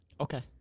Okay